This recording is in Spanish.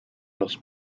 los